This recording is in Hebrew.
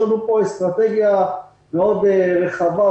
יש לנו פה אסטרטגיה מאוד רחבה,